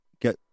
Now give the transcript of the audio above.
get